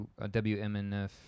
wmnf